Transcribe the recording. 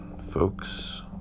folks